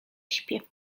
śpiew